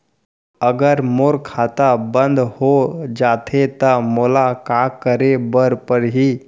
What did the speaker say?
अगर मोर खाता बन्द हो जाथे त मोला का करे बार पड़हि?